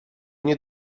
nie